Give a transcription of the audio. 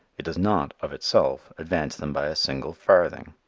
it does not, of itself, advance them by a single farthing.